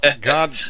God